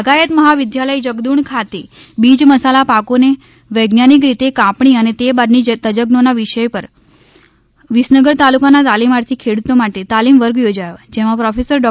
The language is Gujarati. બાગાયત મહાવિદ્યાલય જગુદણ ખાતે બીજ મસાલા પાકોની વૈજ્ઞાનિક રીતે કાપણી અને તે બાદની તજજ્ઞોના વિષય પર વિસનગર તાલુકાના તાલીમાર્થી ખેડૂતો માટે તાલીમ વર્ગ યોજાયો જેમાં પ્રોફેસર ડો